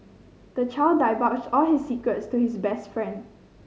the child divulged all his secrets to his best friend